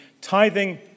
Tithing